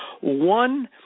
one